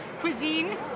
cuisine